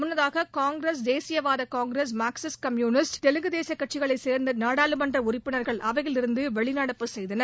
முன்னதாக காங்கிரஸ் தேசியவாத Congress Marxist communist Telugu Desam கட்சிகளைச் சேர்ந்த நாடாளுமன்ற உறுப்பினர்கள் அவையிலிருந்து வெளிநடப்பு செய்தனர்